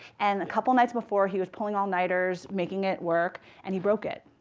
and a couple nights before he was pulling all nighters making it work, and he broke it.